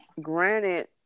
granted